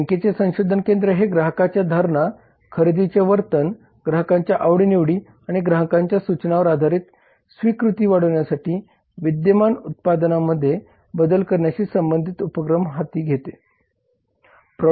बँकेचे संशोधन केंद्र हे ग्राहकांच्या धारणा खरेदीचे वर्तन ग्राहकांच्या आवडीनिवडी आणि ग्राहकांच्या सूचनांवर आधारित स्वीकृती वाढवण्यासाठी विद्यमान उत्पादनांमध्ये बदल करण्याशी संबंधित उपक्रम हाती घेते